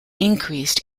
increased